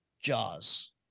Jaws